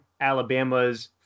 Alabama's